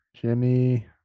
Jimmy